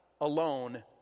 alone